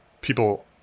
people